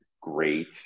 great